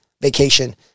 vacation